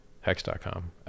Hex.com